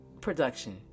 production